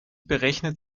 berechnet